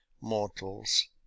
mortals